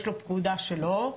יש לו פקודה שלו,